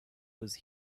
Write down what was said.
was